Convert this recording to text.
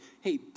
hey